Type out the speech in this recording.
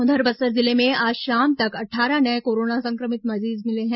उधर बस्तर जिले में आज शाम तक अट्ठारह नये कोरोना संक्रमित मरीज मिले हैं